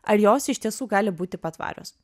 ar jos iš tiesų gali būti patvarios